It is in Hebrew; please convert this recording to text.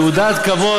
תעודת כבוד,